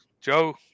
joe